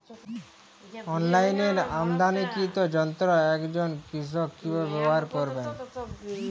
অনলাইনে আমদানীকৃত যন্ত্র একজন কৃষক কিভাবে ব্যবহার করবেন?